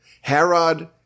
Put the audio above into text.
Herod